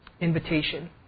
invitation